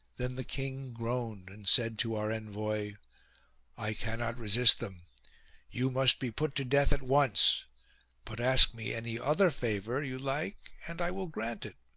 then the king groaned and said to our envoy i cannot resist them you must be put to death at once but ask me any other favour you like and i will grant it.